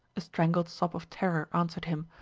a strangled sob of terror answered him,